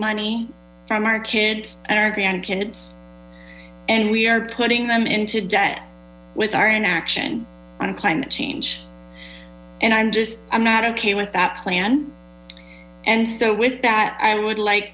money from our kids and our grandkids and we are putting them into debt with our own action on climate change and i'm just i'm not okay with that plan and so with that i would like